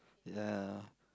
ya